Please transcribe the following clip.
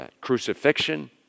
crucifixion